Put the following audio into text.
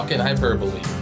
hyperbole